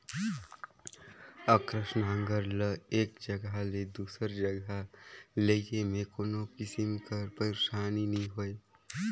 अकरस नांगर ल एक जगहा ले दूसर जगहा लेइजे मे कोनो किसिम कर पइरसानी नी होए